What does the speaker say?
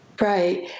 right